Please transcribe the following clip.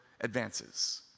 advances